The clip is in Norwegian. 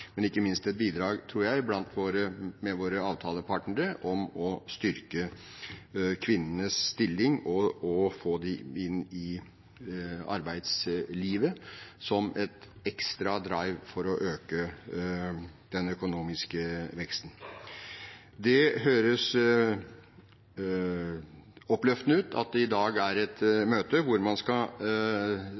men ikke minst også til – sammen med våre avtalepartnere – å styrke kvinnenes stilling og få dem inn i arbeidslivet, som en ekstra «drive» for å øke den økonomiske veksten. Det høres oppløftende ut at det i dag er et møte hvor man skal